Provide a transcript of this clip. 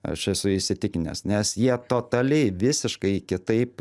aš esu įsitikinęs nes jie totaliai visiškai kitaip